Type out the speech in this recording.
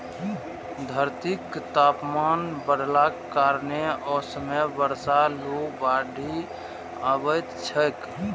धरतीक तापमान बढ़लाक कारणें असमय बर्षा, लू, बाढ़ि अबैत छैक